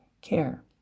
care